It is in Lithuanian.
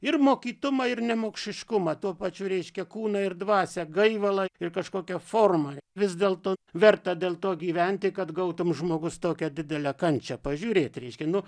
ir mokytumą ir nemokšiškumą tuo pačiu reiškia kūną ir dvasią gaivalą ir kažkokia forma vis dėlto verta dėl to gyventi kad gautum žmogus tokią didelę kančią pažiūrėt reiškia nu